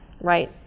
right